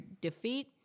defeat